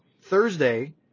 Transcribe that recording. Thursday